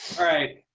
right.